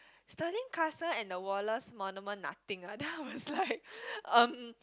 Stirling Castle and the Wallace Monument nothing ah then I was like um